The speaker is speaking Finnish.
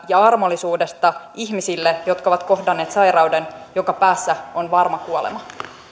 ja armollisuudesta ihmisille jotka ovat kohdanneet sairauden jonka päässä on varma kuolema